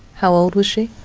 how old was she?